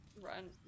run